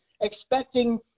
expecting